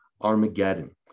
Armageddon